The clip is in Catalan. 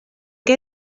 que